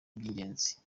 by’ingenzi